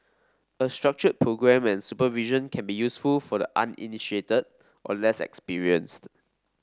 a structured programme and supervision can be useful for the uninitiated or less experienced